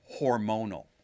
hormonal